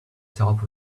top